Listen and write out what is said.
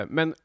Men